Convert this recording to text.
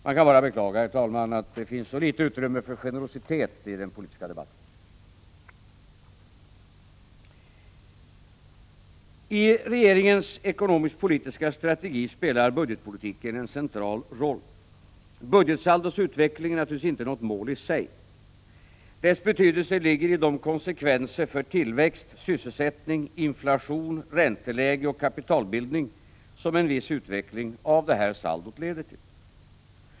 Man kan bara beklaga att det finns så litet utrymme för generositet i den politiska debatten. I regeringens ekonomisk-politiska strategi spelar budgetpolitiken en central roll. Budgetsaldots utveckling är naturligtvis inte något måli sig. Dess betydelse ligger i de konsekvenser för tillväxt, sysselsättning, inflation, ränteläge och kapitalbildning som en viss utveckling av saldot leder till.